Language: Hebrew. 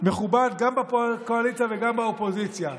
מכובד גם בקואליציה וגם באופוזיציה,